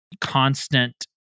constant